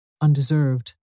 undeserved